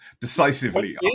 decisively